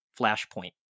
Flashpoint